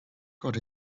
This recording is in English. got